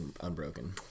unbroken